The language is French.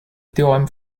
théorème